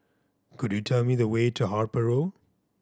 could you tell me the way to Harper Road